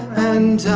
and